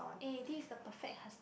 eh this is the perfect husband